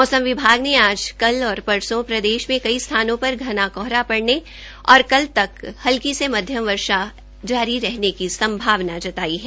मौसम विभाग ने आज कल और परसों प्रदेश में कई स्थानों पर घना कोहरा पड़ने और कल तक हल्की से माध्य वर्षा जारी रहने की संभावना जताई है